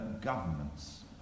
governments